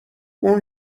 اون